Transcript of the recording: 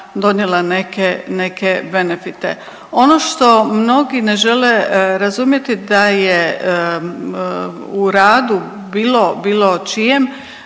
neke benefite. Ono što mnogi ne žele razumjeti da je u radu bilo, bilo